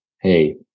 hey